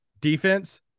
defense